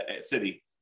city